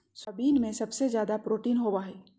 soybean में सबसे ज़्यादा प्रोटीन होबा हइ